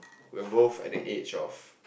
we're both at the age of